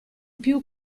più